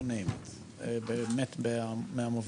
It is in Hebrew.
יו ניים איט.